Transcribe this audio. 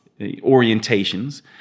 orientations